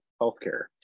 healthcare